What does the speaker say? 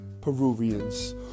Peruvians